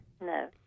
No